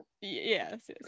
Yes